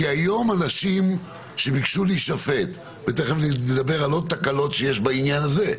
כי היום אנשים שביקשו להישפט ותיכף נדבר על עוד תקלות שיש בעניין הזה,